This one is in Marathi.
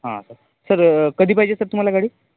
हां सर सर कधी पाहिजे सर तुम्हाला गाडी